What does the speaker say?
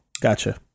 gotcha